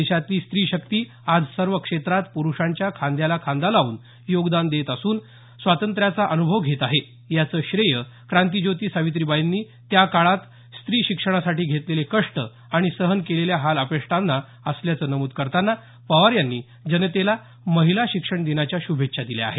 देशातली स्त्रीशक्ती आज सर्व क्षेत्रात प्रुषांच्या खांद्याला खांदा लावून योगदान देत असून स्वातंत्र्याचा अन्भव घेत आहे याचं श्रेय क्रांतिज्योती सावित्रीबाईंनी त्याकाळात स्र्वी शिक्षणासाठी घेतलेले कष्ट आणि सहन केलेल्या हालअपेष्टांना असल्याचं नम्द करताना पवार यांनी जनतेला महिला शिक्षण दिनाच्या श्रभेच्छा दिल्या आहेत